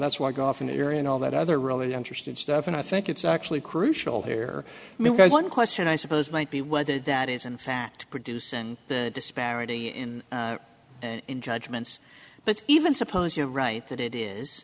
that's why go off in that area and all that other really interesting stuff and i think it's actually crucial here because one question i suppose might be whether that is in fact produce and the disparity in judgments but even suppose you're right that it is